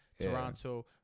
Toronto